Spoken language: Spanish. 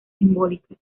simbólicas